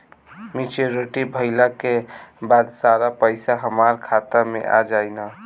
Maturity भईला के बाद सारा पईसा हमार खाता मे आ जाई न?